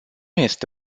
este